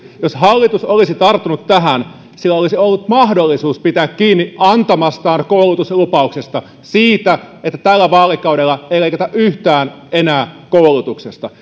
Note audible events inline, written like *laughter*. jos hallitus olisi tarttunut tähän sillä olisi ollut mahdollisuus pitää kiinni antamastaan koulutuslupauksesta siitä että tällä vaalikaudella ei leikata yhtään enää koulutuksesta *unintelligible*